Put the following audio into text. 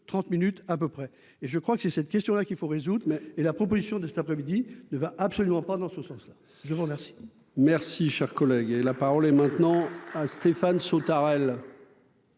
30 minutes à peu près et je crois que c'est cette question là qu'il faut résoudre mais et la proposition de cet après-midi ne va absolument pas dans ce sens-là, je vous remercie. Merci, cher collègue, et la parole est maintenant à Stéphane Sautarel.